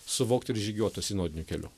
suvokti ir žygiuot tuo sinodiniu keliu